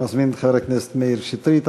אני מזמין את חבר הכנסת מאיר שטרית,